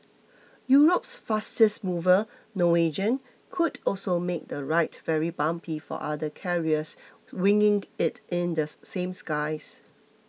Europe's fastest mover Norwegian could also make the ride very bumpy for other carriers winging it in the same skies